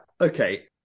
Okay